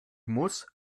muss